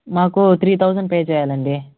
మాకు three thousand pay చేయాలండి